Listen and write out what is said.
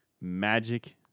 magic